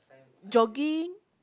jogging